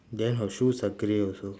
then her shoes are grey also